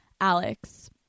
Alex